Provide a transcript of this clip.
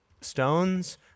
stones